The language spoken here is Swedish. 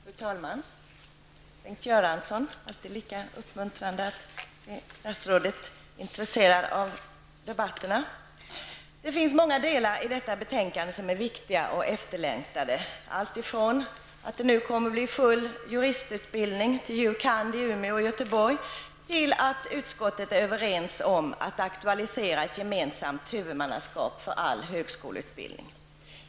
Fru talman! Bengt Göransson! Det är alltid lika uppmuntrande att statsrådet är intresserad av debatterna. Det finns många delar i detta betänkande som är viktiga och efterlängtade, alltifrån att det nu kommer att bli juristutbildning till jur. kand. i Umeå och Göteborg till att utskottet är överens om att aktualisera ett gemensamt huvudmannaskap för all högskoleutbildning.